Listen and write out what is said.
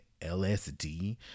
LSD